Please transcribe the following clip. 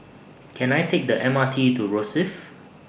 Can I Take The M R T to Rosyth